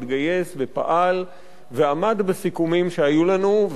התגייס ופעל ועמד בסיכומים שהיו לנו.